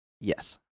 yes